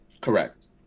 Correct